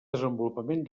desenvolupament